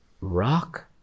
rock